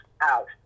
out